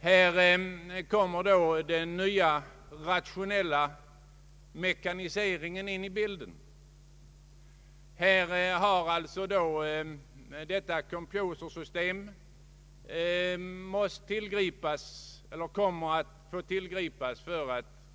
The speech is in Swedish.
Här kommer då den nya rationella mekaniseringen in i bilden, och man skall vid snabbprotokollens framställning använda det nya s.k. composersystemet.